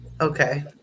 Okay